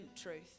truth